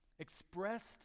Expressed